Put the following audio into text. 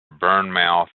bournemouth